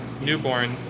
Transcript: newborn